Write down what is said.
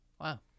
Wow